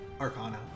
Arcana